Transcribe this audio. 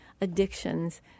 addictions